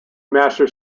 master